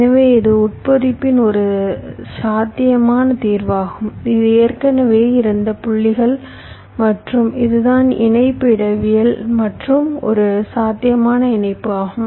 எனவே இது உட்பொதிப்பின் ஒரு சாத்தியமான தீர்வாகும் இது ஏற்கனவே இருந்த புள்ளிகள் மற்றும் இதுதான் இணைப்பு இடவியல் மற்றும் ஒரு சாத்தியமான இணைப்பு ஆகும்